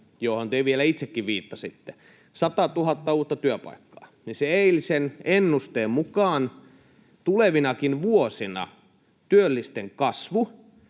johon te vielä itsekin viittasitte, 100 000 uutta työpaikkaa — sen eilisen ennusteen mukaan tulevinakin vuosina työllisten kasvu